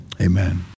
Amen